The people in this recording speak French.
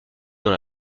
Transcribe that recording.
dans